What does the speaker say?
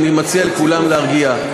ואני מציע לכולם להרגיע.